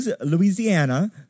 Louisiana